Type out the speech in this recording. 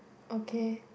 okay